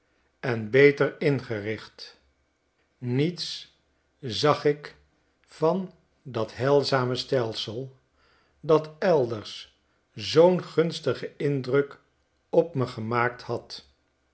en beter ingericht niets zag ik van dat heilzame stelsel dat elders zoo'n gunstigen indruk op me gemaakt had